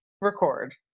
record